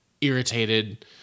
irritated